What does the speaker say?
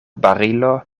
barilo